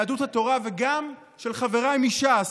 של יהדות התורה וגם של חבריי מש"ס,